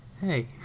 Hey